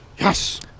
Yes